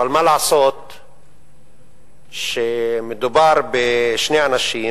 אבל מה לעשות שמדובר בשני אנשים,